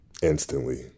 Instantly